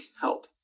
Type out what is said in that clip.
help